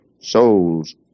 souls